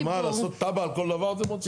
אז מה, לעשות תב"ע על כל דבר אתם רוצים?